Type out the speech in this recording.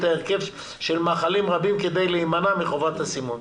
ההרכב של מאכלים רבים כדי להימנע מחובת הסימון,